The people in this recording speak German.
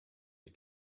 sie